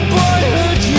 boyhood